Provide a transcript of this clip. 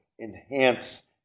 enhance